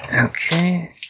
Okay